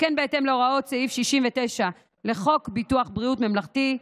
שכן בהתאם להוראות סעיף 69 לחוק ביטוח בריאות ממלכתי,